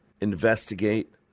investigate